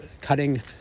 cutting